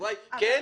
התשובה היא: כן.